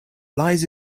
lies